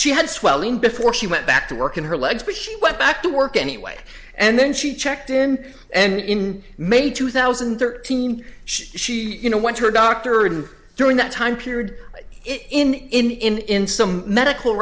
she had swelling before she went back to work in her legs but she went back to work anyway and then she checked in and in may two thousand and thirteen she you know went to her doctor and during that time period in some medical